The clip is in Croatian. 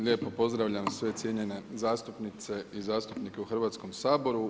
Lijepo pozdravljam sve cjenjene zastupnice i zastupnice u Hrvatskom saboru.